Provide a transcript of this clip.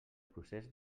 procés